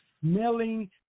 smelling